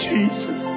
Jesus